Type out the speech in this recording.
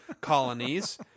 colonies